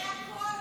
בכול?